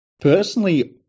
personally